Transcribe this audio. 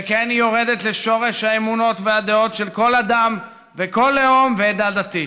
שכן היא יורדת לשורש האמונות והדעות של כל אדם וכל לאום ועדה דתית.